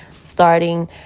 starting